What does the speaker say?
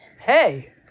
Hey